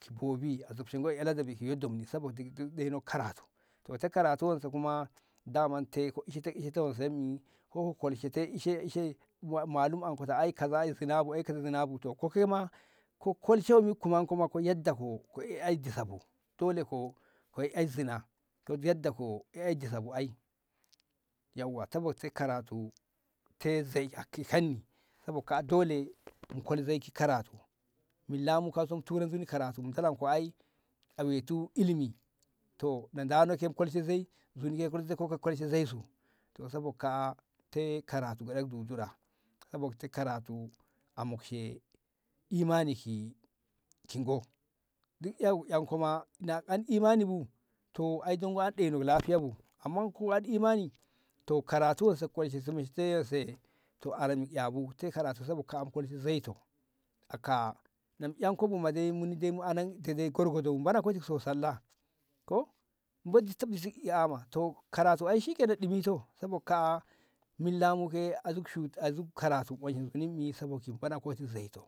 shi bobi a zobshe ngoi alezabi ki'eye domni saboda duk ɗeno karatu to te karatu wan se kuma daman te ku ishe ta ishe ta wan se mi ko ko kolshe te ishe ishe wa mallum anko ta ai kaza zinabu ai kaza zinabu to ko kaima ko kolshe kuman ko ko yadda ko ko'e ai disabu dole ko ko'e ai zina ko yadda ai disabu ai yauwa te bote karatu ai te zei ki hanni saboka dole e kolze ki karatu millamu kason tura nzuni karatu ɗolanko ai a wetu ilimi to na ɗano ke ki kolshe zei nzuni ke ki kolshe ko ke kolshe zaisu to saboka'a te karatu gaɗak dudura ka botti karatu a moshe imani ki ngo duk- an- akoma an an imani bu to dongo a ɗeno lafiyabu amma ko'ad imani to karatu we se shi kolshe we se'e to ara me'abu te karatu se kabu kolto zei to aka na mu anko bu ma dai mu anan kor kodo nbana ko ji so sallah ko? ama to karatu ai shinan ɗimito saboka milla mu ke shuta zuk karatu washe nzuni mi saboki faɗakoti zaito